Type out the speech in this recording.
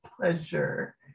pleasure